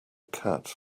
cat